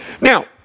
Now